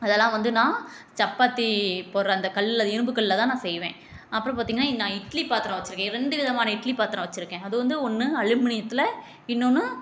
இதெல்லாம் வந்து நான் சப்பாத்தி போடற அந்த கல்லில் இரும்பு கல்லைதான் நான் செய்வேன் அப்புறம் பார்த்தீங்கன்னா நான் இட்லி பாத்திரம் வச்சுருக்கேன் ரெண்டு விதமான இட்லி பாத்திரம் வச்சுருக்கேன் அது வந்து ஒன்று அலுமினியத்தில் இன்னோன்று